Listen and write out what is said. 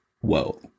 Whoa